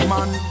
Man